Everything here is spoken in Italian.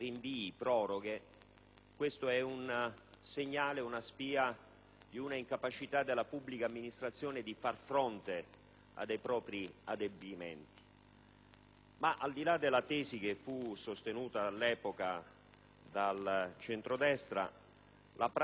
sono un segnale, una spia, di incapacità della pubblica amministrazione di far fronte ai propri adempimenti. Ma al di là della tesi che fu sostenuta all'epoca dal centrodestra, torniamo alla